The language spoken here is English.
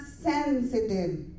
sensitive